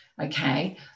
okay